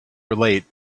relate